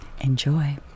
Enjoy